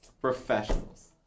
Professionals